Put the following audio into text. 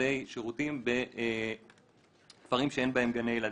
מרכזי שירותים בכפרים שאין בהם גני ילדים.